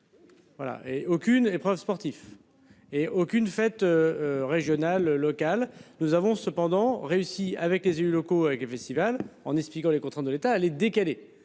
Voilà et aucune épreuve sportive et aucune fête. Régionale local. Nous avons cependant réussi avec les élus locaux avec le festival en expliquant les contraintes de l'État à les décaler.